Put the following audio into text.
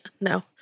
No